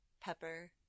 Pepper